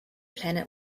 planet